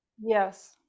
yes